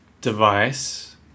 device